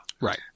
Right